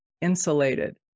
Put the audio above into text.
insulated